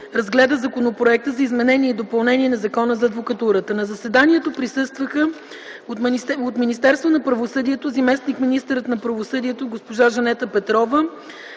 разгледа Законопроекта за изменение и допълнение на Закона за адвокатурата. На заседанието присъстваха от Министерство на правосъдието: заместник-министърът на правосъдието госпожа Жанета Петрова,